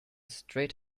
straight